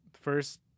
first